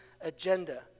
agenda